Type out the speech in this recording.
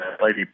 Lady